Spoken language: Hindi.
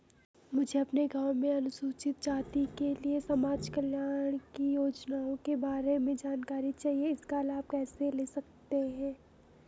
मुझे अपने गाँव में अनुसूचित जाति के लिए समाज कल्याण की योजनाओं के बारे में जानकारी चाहिए इसका लाभ कैसे ले सकते हैं?